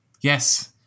Yes